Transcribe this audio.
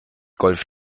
golf